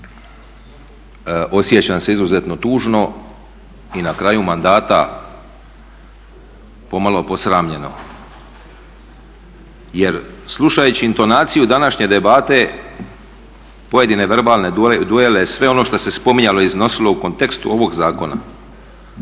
Osjećam se izuzetno tužno i na kraju mandata pomalo posramljeno. Jer slušajući intonaciju današnje debate, pojedine verbalne duele i sve ono što se spominjalo i iznosilo u kontekstu ovog zakona